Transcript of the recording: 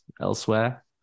elsewhere